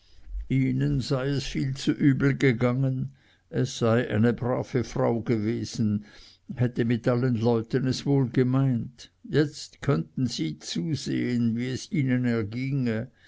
ihnen sei es viel zu übel gegangen es sei eine brave frau gewesen hätte mit allen leuten es wohl gemeint jetzt könnten sie zusehen wie es ihnen erginge